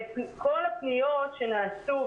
וכל הפניות שנעשו,